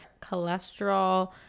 cholesterol